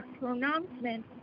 pronouncement